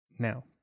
now